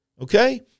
okay